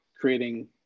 creating